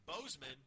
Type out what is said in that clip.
Bozeman